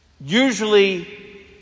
usually